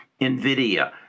NVIDIA